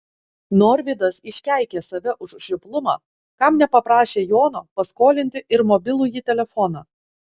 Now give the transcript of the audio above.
norvydas iškeikė save už žioplumą kam nepaprašė jono paskolinti ir mobilųjį telefoną